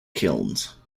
kilns